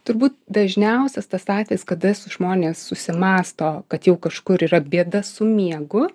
turbūt dažniausias tas atvejis kada su žmonės susimąsto kad jau kažkur yra bėda su miegu